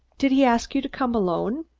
did he ask you to come alone?